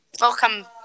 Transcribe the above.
Welcome